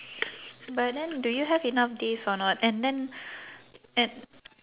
but then do you have enough days or not and then and